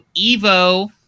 Evo